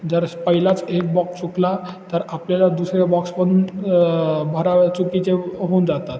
जर पहिलाच एक बॉक्स चुकला तर आपल्याला दुसरे बॉक्स पण भरावे चुकीचे होऊन जातात